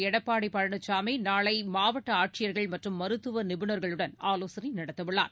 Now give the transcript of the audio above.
எடப்பாடி பழனிசாமி நாளை மாவட்ட ஆட்சியர்கள் மற்றும் மருத்துவ நிபுணர்களுடன் ஆலோசனை நடத்தவுள்ளார்